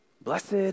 Blessed